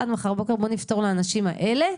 עד מחר בבוקר בוא נפתור לאנשים האלה,